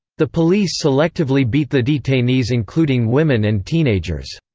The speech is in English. the police selectively beat the detainees including women and teenagers.